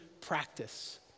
practice